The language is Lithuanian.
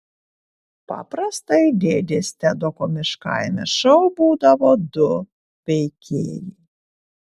paprastai dėdės tedo komiškajame šou būdavo du veikėjai